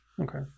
Okay